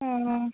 অঁ